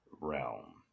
realm